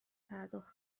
پرداخت